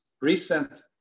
recent